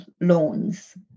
loans